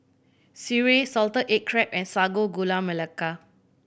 sireh salted egg crab and Sago Gula Melaka